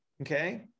Okay